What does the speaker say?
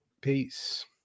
Peace